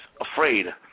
afraid